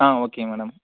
ஆ ஓகேங்க மேடம்